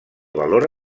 valor